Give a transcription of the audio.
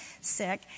sick